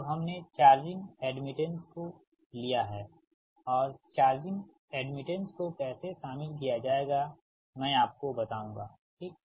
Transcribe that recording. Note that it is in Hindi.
तो अब हमने चार्जिंग एड्मिटेंस को लिया है और चार्जिंग एड्मिटेंस को कैसे शामिल किया जाएगा मैं आपको बताऊंगा ठीक